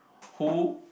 who